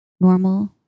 Normal